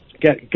get